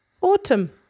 Autumn